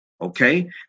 Okay